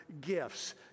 gifts